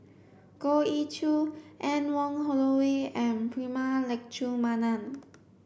Goh Ee Choo Anne Wong Holloway and Prema Letchumanan